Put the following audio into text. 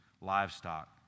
livestock